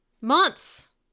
Months